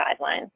guidelines